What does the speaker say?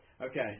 Okay